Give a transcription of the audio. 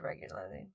regularly